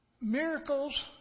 miracles